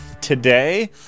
today